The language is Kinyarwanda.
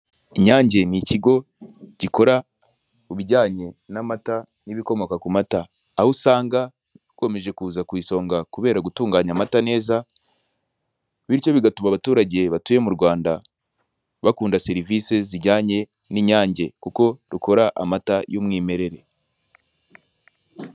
Inyange ni ikigo gikora ibijyanye n'amata, n'ibikomoka ku mata. Aho usanga gikomeje kuza ku isonga kubera gutunganya amata neza, bityo bigatuma abaturage batuye mu Rwanda bakunda serivise zijyanye n'inyange, kuko rukora amata y'umwimerere.